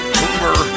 boomer